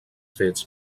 fets